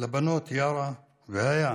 לבנות יארה והאיה